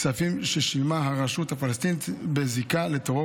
כספים ששילמה הרשות הפלסטינית בזיקה לטרור